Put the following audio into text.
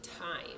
time